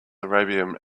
arabian